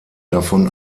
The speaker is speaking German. davon